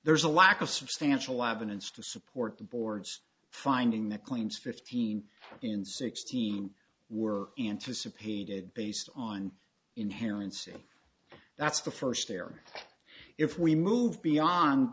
there's a lack of substantial evidence to support the board's finding the claims fifteen and sixteen were anticipated based on inheritance and that's the first their if we move beyond